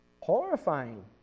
Horrifying